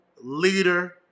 leader